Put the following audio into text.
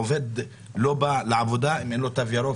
העובד לא בא לעבודה אם אין לו תו ירוק